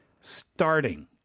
starting